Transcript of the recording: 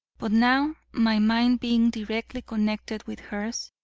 but now my mind being directly connected with hers,